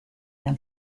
than